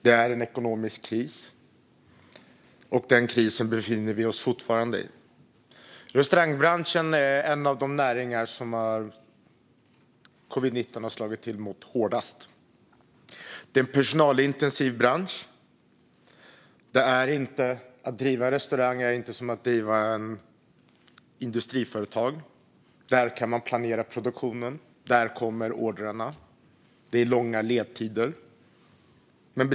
Det är en ekonomisk kris, och den krisen befinner vi oss fortfarande i. Restaurangbranschen är en av de näringar som covid-19 har slagit hårdast mot. Det är en personalintensiv bransch. Att driva restaurang är inte som att driva ett industriföretag där man kan planera produktionen, där ordrarna kommer och där det är långa ledtider.